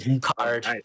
card